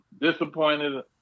Disappointed